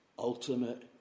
Ultimate